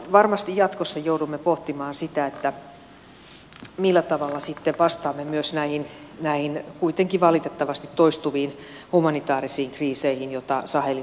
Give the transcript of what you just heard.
varmasti jatkossa joudumme pohtimaan sitä millä tavalla sitten vastaamme myös näihin valitettavasti kuitenkin toistuviin humanitaarisiin kriiseihin joita sahelin alueella on